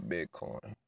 Bitcoin